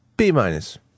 B-minus